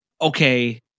okay